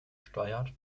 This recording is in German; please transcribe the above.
steuert